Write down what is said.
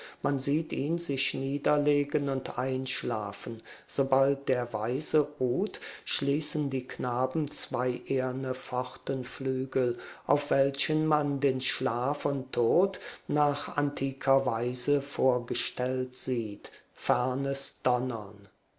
man sieht ihn sich niederlegen und einschlafen sobald der weise ruht schließen die knaben zwei eherne pfortenflügel auf welchen man den schlaf und tod nach antiker weise vorgestellt sieht fernes donnern